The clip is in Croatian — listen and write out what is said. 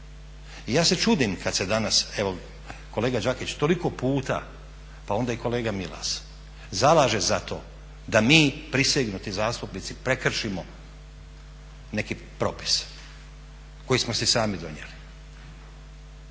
ja se čudim kad se danas evo kolega Đakić toliko puta, pa onda i kolega Milas zalaže za to da mi prisegnuti zastupnici prekršimo neki propis koji smo si sami donijeli.